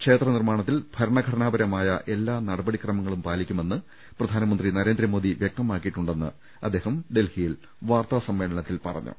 ക്ഷേത്ര നിർമ്മാണത്തിൽ ഭരണഘടനാപ്രമായ എല്ലാ നടപടി ക്രമങ്ങളും പാലിക്കുമെന്ന് പ്രധാനമന്ത്രി നരേന്ദ്രമോദി വ്യക്തമാക്കിയിട്ടു ണ്ടെന്ന് അദ്ദേഹം ഡൽഹിയിൽ വാർത്താസമ്മേളനത്തിൽ പറഞ്ഞു